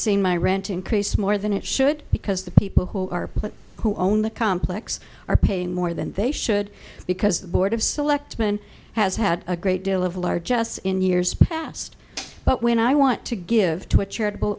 seen my ranting crease more than it good because the people who are who own the complex are paying more than they should because the board of selectmen has had a great deal of large us in years past but when i want to give to a charitable